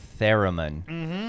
theremin